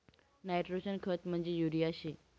nitrogen खत म्हंजी urea शे